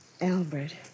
Albert